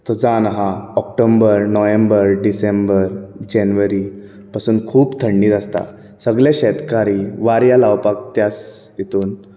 तो जावून आहा ऑक्टोबर नोव्हेंबर डिसेंबर जेनवरी पसून खूब थंडी आसता सगळे शेतकारी वाऱ्या लावपाक त्याच हितून